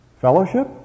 fellowship